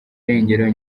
irengero